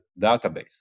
database